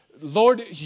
Lord